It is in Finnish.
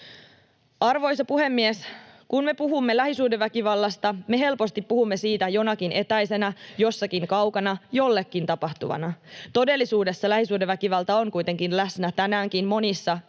Arvoisa puhemies! Kun me puhumme lähisuhdeväkivallasta, me helposti puhumme siitä jonakin etäisenä, jossakin kaukana jollekin tapahtuvana. Todellisuudessa lähisuhdeväkivalta on kuitenkin läsnä tänäänkin monissa, ulospäin